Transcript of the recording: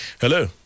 Hello